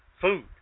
food